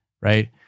right